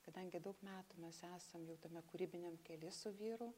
kadangi daug metų mes esam jau tame kūrybiniam kely su vyru